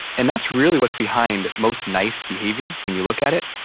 and that's really what's behind most nice behavior when you look at it.